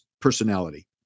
personality